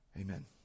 Amen